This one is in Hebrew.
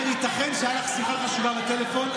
ייתכן שהייתה לך שיחה חשובה בטלפון,